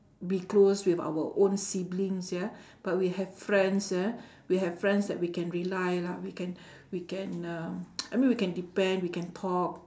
be close with our own siblings ya but we have friends ah we have friends that we can rely lah we can we can uh i mean we can depend we can talk